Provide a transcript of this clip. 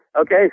Okay